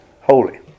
holy